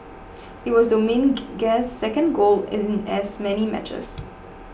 it was Dominguez's second goal in as many matches